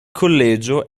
collegio